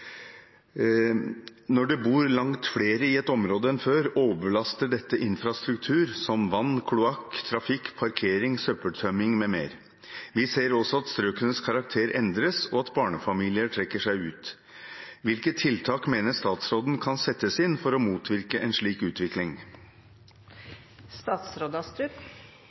Når det bor langt flere i et område enn før, overbelaster dette infrastruktur som vann, kloakk, trafikk, parkering, søppeltømming m.m. Vi ser også at strøkenes karakter endres, og at barnefamilier trekker seg ut. Hvilke tiltak mener statsråden kan settes inn for å motvirke en slik